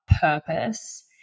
purpose